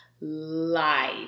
life